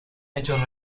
hechos